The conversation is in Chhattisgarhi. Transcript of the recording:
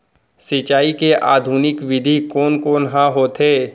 सिंचाई के आधुनिक विधि कोन कोन ह होथे?